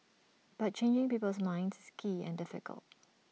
but changing people's minds is key and difficult